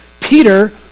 Peter